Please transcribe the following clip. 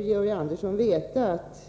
Georg Andersson borde veta att